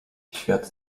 świat